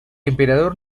emperador